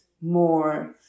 more